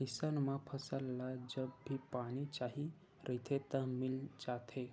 अइसन म फसल ल जब भी पानी चाही रहिथे त मिल जाथे